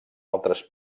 altres